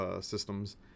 systems